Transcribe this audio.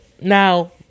Now